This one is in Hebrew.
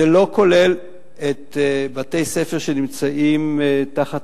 זה לא כולל את בתי-הספר שנמצאים תחת